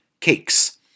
Cakes